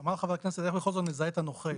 אמר חבר הכנסת איך בכל זאת נזהה את הנוכל